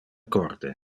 corde